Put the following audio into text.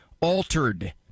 altered